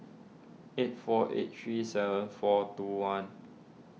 eight four eight three seven four two one